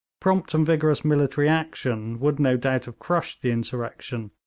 prompt and vigorous military action would no doubt have crushed the insurrection,